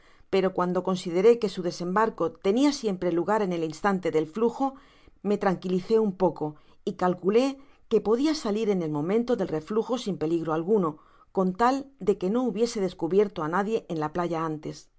pero cuando consideré que su desembarco tenia siempre lugar en el instante del flujo me tranquilicé un poco y calculé que podia salir en el momento del reflujo sin peligro alguno con tal de qu no hubiese descubierto á nadie en la playa antes